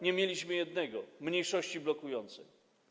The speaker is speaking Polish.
Nie mieliśmy jednego: mniejszości blokującej.